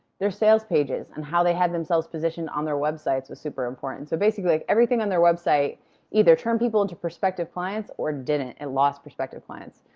their sales pages and how they have themselves positioned on their websites was super important. so basically, like everything on their website either turn people into prospective clients, or didn't, it lost prospective clients.